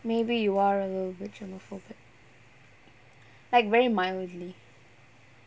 maybe you are a little bit germaphobic like very mildly